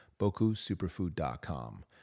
BokuSuperfood.com